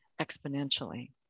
exponentially